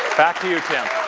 back to you tim.